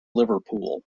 liverpool